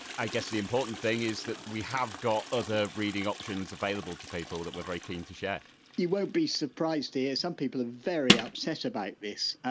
i guess the important thing is that we have got other reading options available to people, that we're very keen to share you won't be surprised to hear, some people are very upset about this.